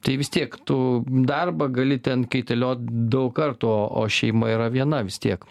tai vis tiek tu darbą gali ten kaitaliot daug kartų o o šeima yra viena vis tiek